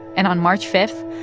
and on march five,